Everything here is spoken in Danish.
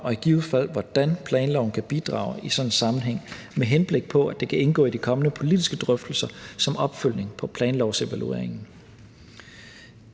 og i givet fald hvordan planloven kan bidrage i sådan en sammenhæng, med henblik på at det kan indgå i de kommende politiske drøftelser som opfølgning på planlovsevalueringen.